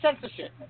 censorship